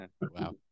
Wow